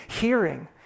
hearing